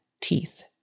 teeth